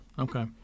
Okay